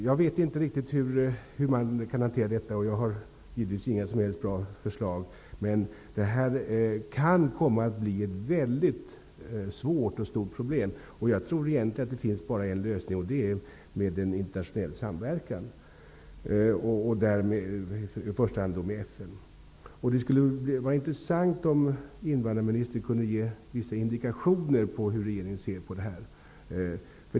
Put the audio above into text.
Jag vet inte riktigt hur man kan hantera en sådan situation och har givetvis inga som helst bra förslag, men detta kan komma att bli ett väldigt stort och svårt problem. Egentligen tror jag att det bara finns en lösning, och det är genom en internationell samverkan, då i första hand med FN. Det skulle vara intressant om invandrarministern kunde ge vissa indikationer på hur regeringen ser på detta.